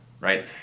right